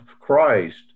Christ